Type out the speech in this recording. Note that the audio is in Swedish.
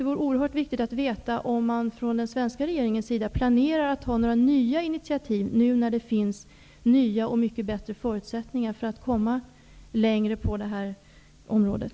Det är oerhört viktigt att få veta om den svenska regeringen planerar några nya initiativ, eftersom det nu finns nya och mycket bättre förutsättningar för att komma längre på det här området.